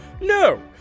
No